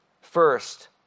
First